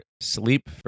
sleep